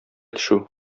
төшү